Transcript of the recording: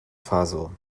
faso